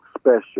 special